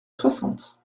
soixante